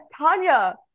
Tanya